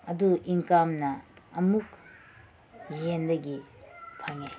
ꯑꯗꯨ ꯏꯟꯀꯝꯅ ꯑꯃꯨꯛ ꯌꯦꯟꯗꯒꯤ ꯐꯪꯉꯦ